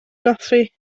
goffi